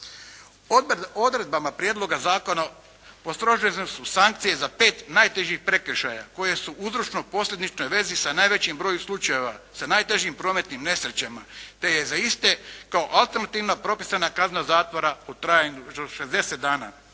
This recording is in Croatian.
Odredbama prijedloga zakona postrožene su sankcije za pet najtežih prekršaja koje su u uzročno posljedičnoj vezi sa najvećim brojem slučajeva sa najtežim prometnim nesrećama te je za iste kao alternativna propisana kazna zatvora u trajanju do 60 dana.